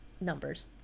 numbers